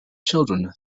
children